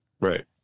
Right